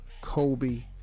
Kobe